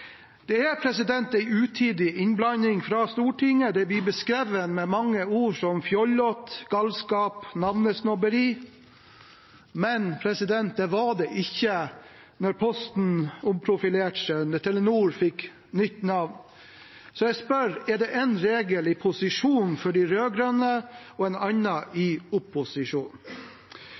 er en utidig innblanding fra Stortinget. Det blir beskrevet med ord som fjollete, galskap, navnesnobberi – men det var det ikke da Posten omprofilerte seg, og da Telenor fikk nytt navn. Så jeg spør: Er det én regel i posisjon for de rød-grønne og en annen i opposisjon?